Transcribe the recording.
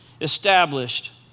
established